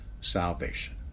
salvation